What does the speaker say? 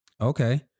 Okay